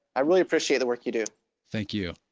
i really appreciate the work you do thank you.